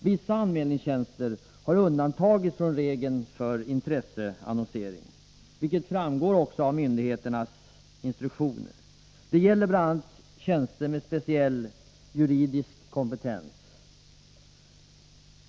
Vissa anmälningstjänster har undantagits från regeln om intresseannonsering, vilket framgår av myndigheternas instruktioner. Det gäller bl.a. tjänster med speciell juridisk kompetens.